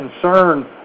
concern